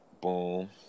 Boom